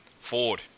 Ford